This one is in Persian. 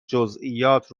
جزئیات